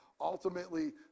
ultimately